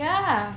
ya